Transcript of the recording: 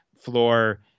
floor